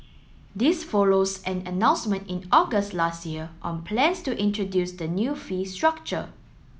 this follows an announcement in August last year on plans to introduce the new fee structure